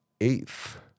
eighth